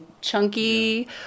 chunky